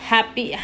Happy